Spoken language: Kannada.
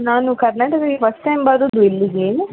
ನಾನು ಕರ್ನಾಟಕಕ್ಕೆ ಫಸ್ಟ್ ಟೈಮ್ ಬರುವುದು ಇಲ್ಲಿಗೆ